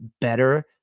better